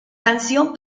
canción